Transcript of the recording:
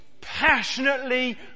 passionately